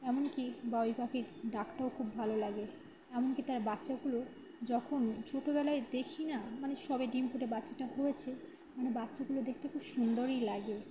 এমনকি বাবুই পাখির ডাকটাও খুব ভালো লাগে এমনকি তার বাচ্চাগুলো যখন ছোটবেলায় দেখি না মানে সবে ডিম ফুটে বাচ্চাটা হয়েছে মানে বাচ্চাগুলো দেখতে খুব সুন্দরই লাগে